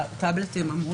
יש לנו